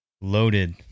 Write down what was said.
loaded